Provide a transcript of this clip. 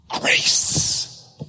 grace